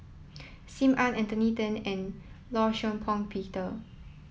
Sim Ann Anthony Then and Law Shau Pong Peter